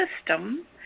system